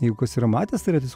jeigu kas yra matęs tai yra tiesiog